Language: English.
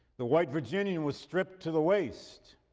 the white virginian was stripped to the waist.